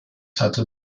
hatte